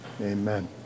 amen